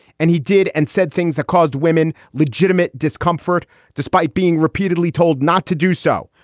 and he did and said things that caused women legitimate discomfort despite being repeatedly told not to do so.